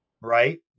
right